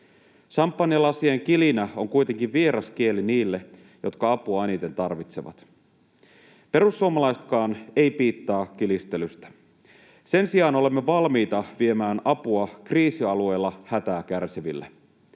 Samppanjalasien kilinä on kuitenkin vieras kieli niille, jotka apua eniten tarvitsevat. Perussuomalaisetkaan eivät piittaa kilistelystä. Sen sijaan olemme valmiita viemään apua kriisialueella hätää kärsiville.